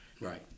Right